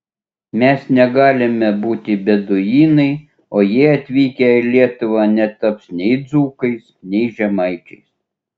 mes negalime būti beduinai o jie atvykę į lietuvą netaps nei dzūkais nei žemaičiais